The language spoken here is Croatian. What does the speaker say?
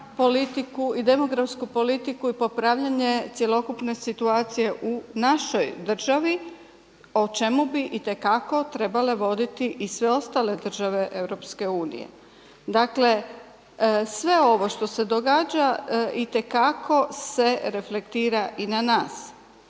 politiku i demografsku politiku i popravljanje cjelokupne situacije u našoj državi o čemu bi itekako trebale voditi i sve ostale države Europske unije. Dakle, sve ovo što se događa itekako se reflektira i na nas.